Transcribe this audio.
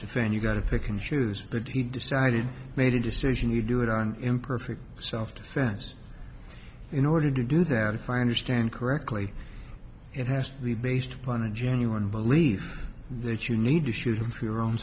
and you got to pick and choose he decided made a decision you do it on imperfect self defense in order to do that if i understand correctly it has to be based on a genuine belief that you need to shoot them for your own